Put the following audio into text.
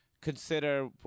consider